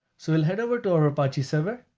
so we'll head over to our apache server,